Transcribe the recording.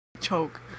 choke